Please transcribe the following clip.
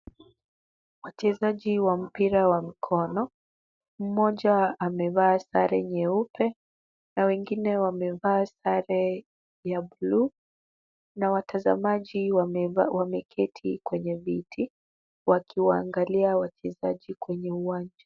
Wachezaji wa mpira wa mkono. Mmoja amevaa sare nyeupe na wengine wamevaa sare ya buluu na watazamaji wameketi ndani kwenye viti, wakiwaangalia wachezaji kwenye uwanja.